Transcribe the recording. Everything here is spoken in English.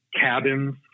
cabins